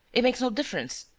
it makes no difference.